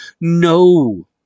no